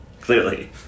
clearly